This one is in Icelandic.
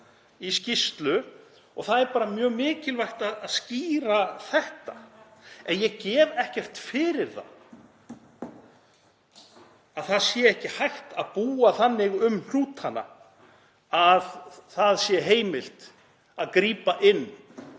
í skýrslu og það er bara mjög mikilvægt að skýra þetta. En ég gef ekkert fyrir það að ekki sé hægt að búa þannig um hnútana að heimilt sé að grípa inn